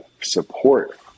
support